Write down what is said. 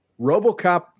RoboCop